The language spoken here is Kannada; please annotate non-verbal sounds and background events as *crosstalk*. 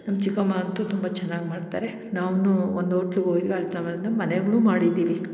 ನಮ್ಮ ಚಿಕ್ಕಮ್ಮ ಅಂತೂ ತುಂಬ ಚೆನ್ನಾಗಿ ಮಾಡ್ತಾರೆ ನಾವೂ ಒಂದು ಓಟ್ಲಗೆ ಹೋಗಿದ್ವಿ ಅಲ್ಲಿ *unintelligible* ಮನೆಯಲ್ಲೂ ಮಾಡಿದ್ದೀವಿ